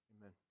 Amen